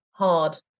hard